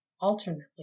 alternately